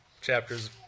chapters